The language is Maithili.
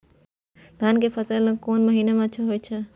धान के फसल कोन महिना में अच्छा होय छै?